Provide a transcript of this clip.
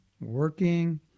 working